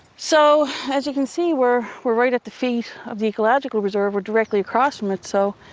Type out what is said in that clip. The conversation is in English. so as you can see, we're we're right at the feet of the ecological reserve. we're directly across from it. so,